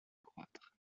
croître